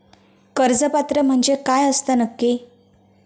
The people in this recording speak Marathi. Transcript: कर्ज पात्र म्हणजे काय असता नक्की?